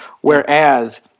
Whereas